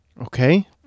Okay